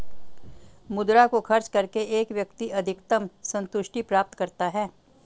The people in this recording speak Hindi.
मुद्रा को खर्च करके एक व्यक्ति अधिकतम सन्तुष्टि प्राप्त करता है